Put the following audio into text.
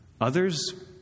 Others